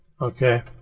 Okay